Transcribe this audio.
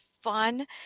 fun